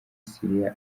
syria